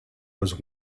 was